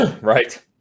right